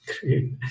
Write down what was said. Great